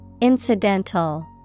Incidental